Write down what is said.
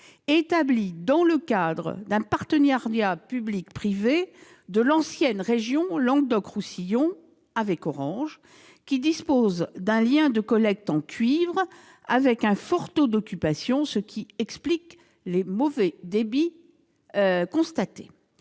établi dans le cadre du partenariat public-privé de l'ancienne région Languedoc-Roussillon avec Orange, qui dispose d'un lien de collecte en cuivre avec un fort taux d'occupation, ce qui explique les mauvais débits constatés.